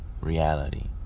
reality